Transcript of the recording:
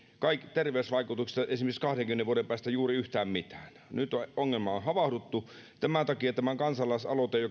terveysvaikutuksista esimerkiksi kahdenkymmenen vuoden päähän juuri yhtään mitään nyt ongelmaan on havahduttu ja tämän takia tämä kansalaisaloite